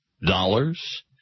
dollars